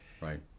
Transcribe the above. Right